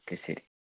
okay ശരി